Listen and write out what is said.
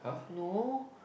no